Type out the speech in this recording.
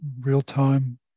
real-time